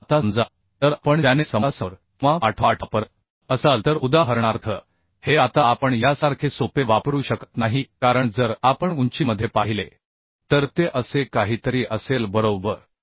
तर आता समजा जर आपण चॅनेल समोरासमोर किंवा पाठोपाठ वापरत असाल तर उदाहरणार्थ हे आता आपण यासारखे सोपे वापरू शकत नाही कारण जर आपण उंचीमध्ये पाहिले तर ते असे काहीतरी असेल बरोबर